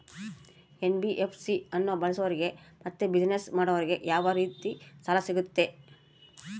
NBFC ಅನ್ನು ಬಳಸೋರಿಗೆ ಮತ್ತೆ ಬಿಸಿನೆಸ್ ಮಾಡೋರಿಗೆ ಯಾವ ರೇತಿ ಸಾಲ ಸಿಗುತ್ತೆ?